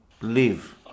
live